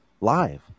live